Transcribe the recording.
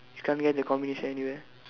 you can't get the combination anywhere